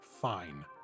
Fine